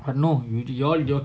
I know y'all they all